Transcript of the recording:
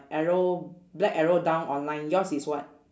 arrow black arrow down online yours is what